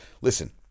Listen